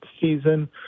season